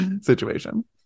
situation